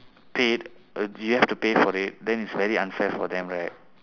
paid you have to pay for it then it's very unfair for them right